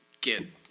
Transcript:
get